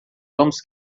vamos